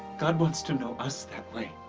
god wants to know us that way.